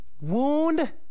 wound